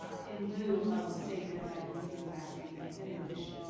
in lieu of safe and effective human vaccines. it's an addition